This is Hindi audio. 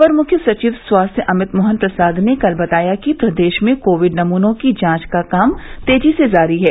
अपर मुख्य सचिव स्वास्थ्य अमित मोहन प्रसाद ने कल बताया कि प्रदेश में कोविड नमूनों की जांच का काम तेजी से जारी है